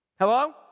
Hello